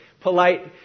polite